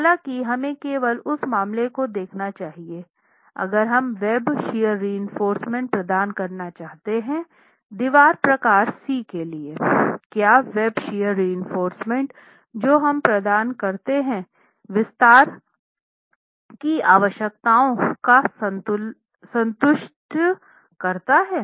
हालाँकि हमें केवल उस मामले को देखना चाहिए अगर हम वेब शियर रीइनफोर्रसमेंट प्रदान करना चाहते हैं दीवार प्रकार C के लिए क्या वेब शियर रीइनफोर्रसमेंट जो हम प्रदान करते हैं विस्तार की आवश्यकताओं को संतुष्ट करता है